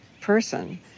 person